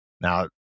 Now